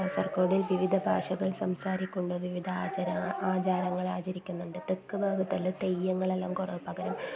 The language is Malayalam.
കാസർഗോഡിൽ വിവിധ ഭാഷകൾ സംസാരിക്കുന്നത് വിവിധ ആചാരങ്ങളെ ആചരിക്കുന്നുണ്ട് തെക്ക് ഭാഗത്തെല്ലാം തെയ്യങ്ങളെല്ലാം കുറവ് പകരം